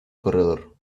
corredor